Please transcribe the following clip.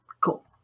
cool